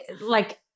like-